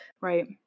Right